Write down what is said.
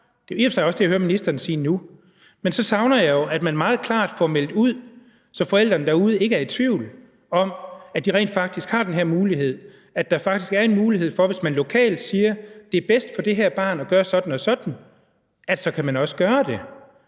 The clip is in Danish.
og for sig også det, jeg hører ministeren sige nu, men så savner jeg jo, at man meget klart får meldt det ud, så forældrene derude ikke er i tvivl om, at der faktisk er en mulighed for, at man også kan gøre det, hvis man lokalt siger, at det er bedst for et barn at gøre sådan og sådan. Nu troede